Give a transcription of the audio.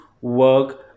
work